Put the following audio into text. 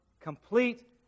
complete